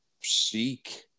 seek